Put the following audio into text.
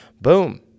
boom